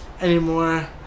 anymore